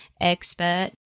expert